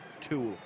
tool